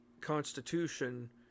Constitution